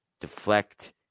deflect